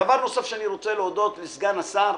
דבר נוסף, אני רוצה להודות לסגן השר,